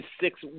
six